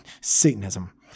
Satanism